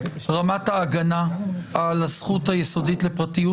רמת ההגנה על הזכות היסודית לפרטיות,